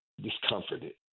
discomforted